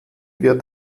wird